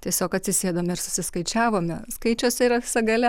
tiesiog atsisėdom ir susiskaičiavome skaičiuose yra visa galia